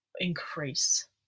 increase